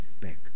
back